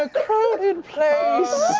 ah crowded place,